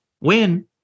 Win